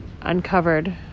uncovered